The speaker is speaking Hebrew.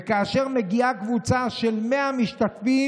וכאשר מגיעה קבוצה של 100 משתתפים,